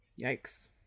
yikes